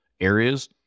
areas